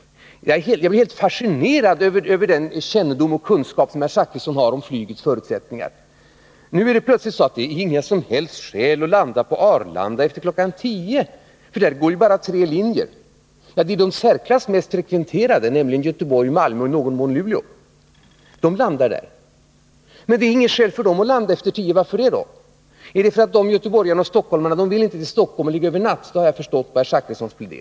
Jag blir helt fascinerad av den sakkunskap som herr Zachrisson har om flygets förutsättningar. Nu är det plötsligt så att det inte finns något som helst skäl att landa på Arlanda efter kl. 10, för där går ju bara tre linjer. Ja, det är de i särklass mest frekventerade, nämligen linjerna från Göteborg, Malmö och i någon mån Luleå. Flygplanen på dessa linjer landar där. Men det finns inget skäl för de planen att landa efter kl. 10, sägs det. Varför det då? Är det därför att de som bor på dessa platser inte vill till Stockholm för att ligga över en natt? Det har jag förstått på herr Zachrissons plädering.